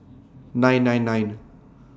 nine nine nine